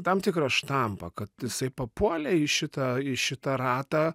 tam tikrą štampą kad jisai papuolė į šitą į šitą ratą